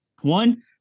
One